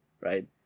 right